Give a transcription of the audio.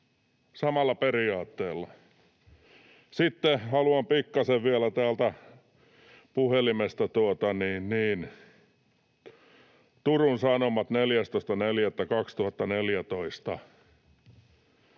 samalla periaatteella. Sitten haluan pikkasen vielä lukea täältä puhelimesta, Turun Sanomista 14.4.2014.